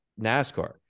NASCAR